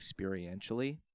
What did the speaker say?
experientially